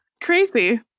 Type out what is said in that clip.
Crazy